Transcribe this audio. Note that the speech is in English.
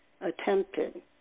attempted